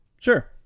Sure